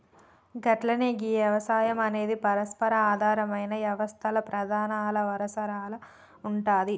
గట్లనే గీ యవసాయం అనేది పరస్పర ఆధారమైన యవస్తల్ల ప్రధానల వరసల ఉంటాది